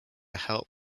help